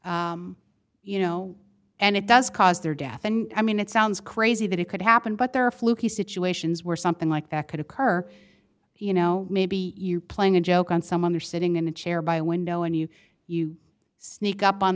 someone you know and it does cause their death and i mean it sounds crazy that it could happen but there are fluky situations where something like that could occur you know maybe you're playing a joke on someone or sitting in a chair by a window and you sneak up on